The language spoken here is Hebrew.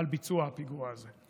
על ביצוע הפיגוע הזה.